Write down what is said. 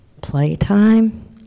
playtime